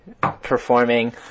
performing